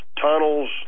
tunnels